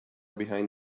behind